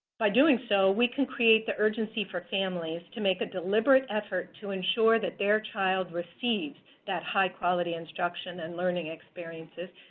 by doing so, we can create the urgency for families to make a deliberate effort to ensure that their child receives high quality instruction and learning experiences,